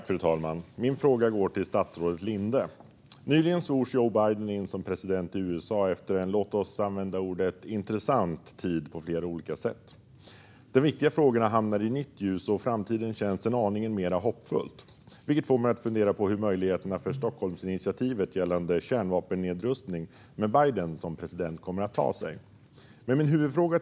Frau talman! Min fråga går till statsrådet Linde. Nyligen svors Joe Biden in som president i USA efter en så att säga intressant tid på olika sätt. De viktiga frågorna hamnar i nytt ljus, och framtiden känns aningen mer hoppfull. Det får mig att fundera på hur möjligheterna för Stockholmsinitiativet gällande kärnvapennedrustning kommer att arta sig med Biden som president.